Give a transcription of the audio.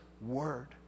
word